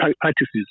practices